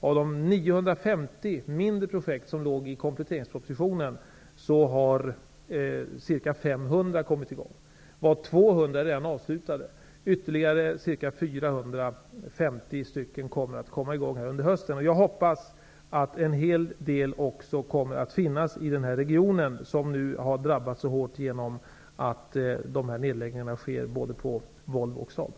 Av de 950 mindre projekt som fanns med i kompletteringspropositionen har ca 500 kommit i gång, varav 200 redan är avslutade. Ytterligare ca 450 kommer att komma i gång under hösten. Jag hoppas att en hel del också kommer att finnas i denna region som har drabbats så hårt genom de nedläggningar som sker på både Volvo och Saab.